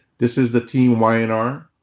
this is the team y and r,